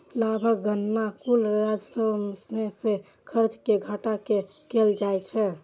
लाभक गणना कुल राजस्व मे सं खर्च कें घटा कें कैल जाइ छै